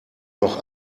noch